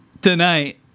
tonight